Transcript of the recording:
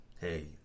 Hey